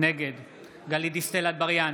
נגד גלית דיסטל אטבריאן,